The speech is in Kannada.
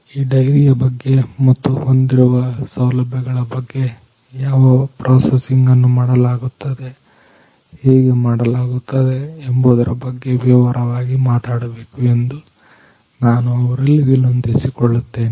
ಈ ಡೈರಿಯ ಬಗ್ಗೆ ಮತ್ತು ಹೊಂದಿರುವ ಸೌಲಭ್ಯಗಳ ಬಗ್ಗೆ ಯಾವ ಪ್ರೊಸೆಸಿಂಗ್ ಅನ್ನು ಮಾಡಲಾಗುತ್ತದೆ ಹೇಗೆ ಮಾಡಲಾಗುತ್ತದೆ ಎಂಬುದರ ಬಗ್ಗೆ ವಿವರವಾಗಿ ಮಾತಾಡಬೇಕು ಎಂದು ನಾನು ಅವರಲ್ಲಿ ವಿನಂತಿಸಿಕೊಳ್ಳುತ್ತೇನೆ